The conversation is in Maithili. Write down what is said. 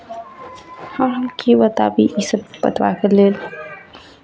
आओर हम की बताबी इसभ लेल